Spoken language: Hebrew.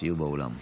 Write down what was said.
התשפ"ג 2023,